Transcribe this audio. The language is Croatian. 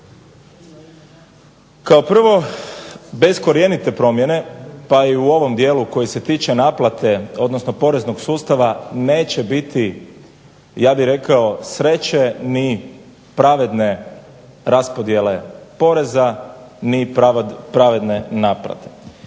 Kao prvo, bez korjenite promjene pa i u ovom dijelu koji se tiče naplate odnosno poreznog sustava neće biti ja bih rekao sreće ni pravedne raspodjele poreza ni pravedne naplate.